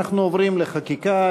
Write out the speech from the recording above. אנחנו עוברים לחקיקה,